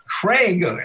Craig